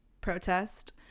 protest